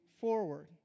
forward